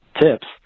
tips